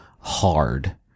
hard